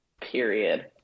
Period